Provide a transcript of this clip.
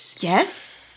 Yes